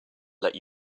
let